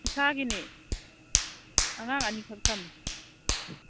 ꯏꯁꯥꯒꯤꯅꯦ ꯑꯉꯥꯡ ꯑꯅꯤꯈꯛ ꯊꯝꯃꯤ